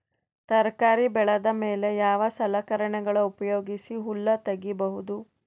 ತರಕಾರಿ ಬೆಳದ ಮೇಲೆ ಯಾವ ಸಲಕರಣೆಗಳ ಉಪಯೋಗಿಸಿ ಹುಲ್ಲ ತಗಿಬಹುದು?